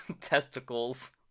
testicles